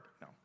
No